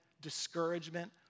discouragement